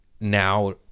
Now